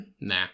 Nah